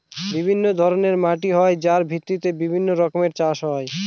বিভিন্ন ধরনের মাটি হয় যার ভিত্তিতে বিভিন্ন রকমের চাষ হয়